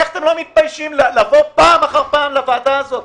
איך אתם לא מתביישים לבוא פעם אחר פעם לוועדה הזאת?